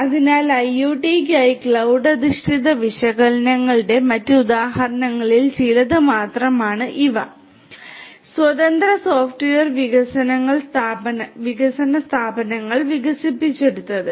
അതിനാൽ IoT യ്ക്കായി cloud അധിഷ്ഠിത വിശകലനങ്ങളുടെ മറ്റ് ഉദാഹരണങ്ങളിൽ ചിലത് മാത്രമാണ് ഇവ സ്വതന്ത്ര സോഫ്റ്റ്വെയർ വികസന സ്ഥാപനങ്ങൾ വികസിപ്പിച്ചെടുത്തത്